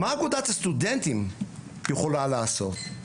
מה אגודת הסטודנטים יכולה לעשות.